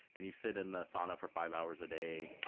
and you sit in the sauna for five hours a day.